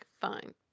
fine